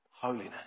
Holiness